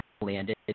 landed